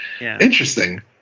Interesting